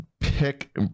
pick